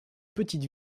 petite